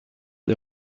des